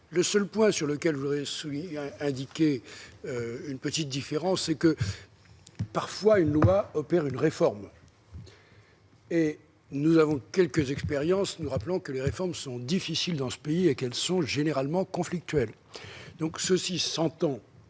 le seul point sur lequel je voudrais souligner, il a indiqué une petite différence, c'est que parfois une loi opère une réforme. Et nous avons quelques expériences, nous rappelons que les réformes sont difficiles dans ce pays et qu'elles sont généralement conflictuel, donc ceci s'entend